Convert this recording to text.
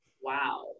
wow